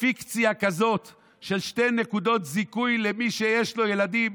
פיקציה כזאת של שתי נקודות זיכוי למי שיש לו ילדים,